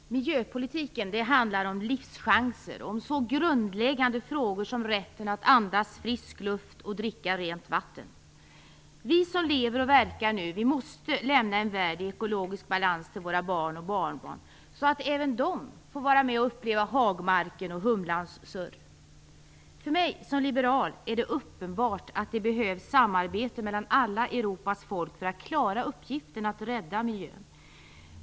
Herr talman! Miljöpolitiken handlar om livschanser, om så grundläggande frågor som rätten att andas frisk luft och dricka rent vatten. Vi som lever och verkar nu måste lämna en värld i ekologisk balans till våra barn och barnbarn, så att även de får vara med och uppleva hagmarker och humlans surr. För mig som liberal är det uppenbart att det behövs samarbete mellan alla Europas folk för att klara uppgiften att rädda miljön.